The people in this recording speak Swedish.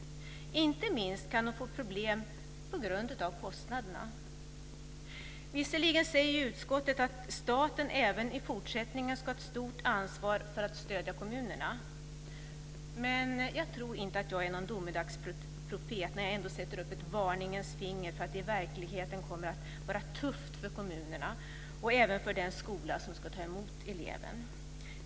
Inte minst kan de få problem på grund av kostnaderna. Visserligen säger utskottet att staten även i fortsättningen ska ha ett stort ansvar för att stödja kommunerna. Men jag tror inte att jag är någon domedagsprofet när jag ändå sätter upp ett varningens finger för att det i verkligheten kommer att vara tufft för kommunerna och även för den skola som ska ta emot eleven.